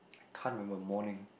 I can't remember morning